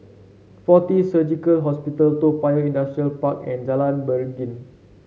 Fortis Surgical Hospital Toa Payoh Industrial Park and Jalan Beringin